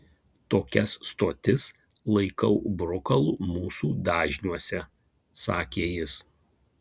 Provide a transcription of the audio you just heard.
tokias stotis laikau brukalu mūsų dažniuose sakė jis